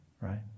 right